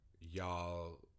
Y'all